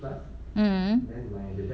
mmhmm